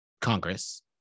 Congress